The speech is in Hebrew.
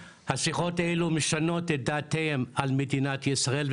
השיחות האלו משנות את דעותיהם על מדינת ישראל,